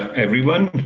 everyone.